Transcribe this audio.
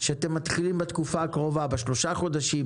שאם מתחילים בתקופה הקרובה בשלושה חודשים,